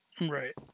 Right